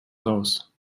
raus